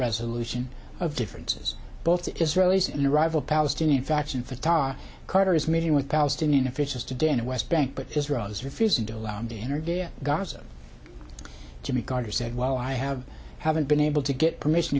resolution of differences both israelis and the rival palestinian faction fatah carter is meeting with palestinian officials today in the west bank but israel is refusing to allow them to enter via gaza jimmy carter said well i have haven't been able to get permission